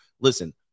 listen